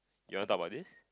you want talk about this